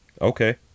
Okay